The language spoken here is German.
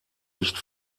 nicht